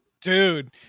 Dude